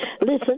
Listen